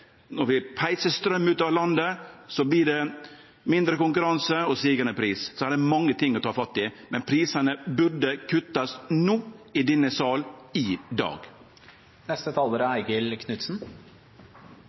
Når vi peisar straum ut av landet, vert det mindre konkurranse og stigande pris. Så her er det mange ting å ta fatt i, men prisane burde kuttast no, i denne salen i